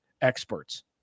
experts